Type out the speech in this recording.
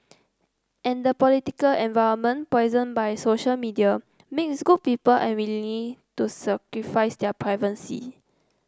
and the political environment poisoned by social media makes good people unwilling to sacrifice their privacy